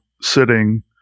sitting